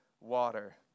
water